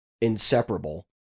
inseparable